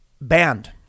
banned